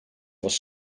was